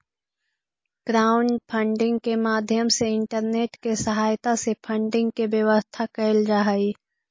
crowdfunding के माध्यम से इंटरनेट के सहायता से फंडिंग के व्यवस्था कैल जा हई